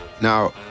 Now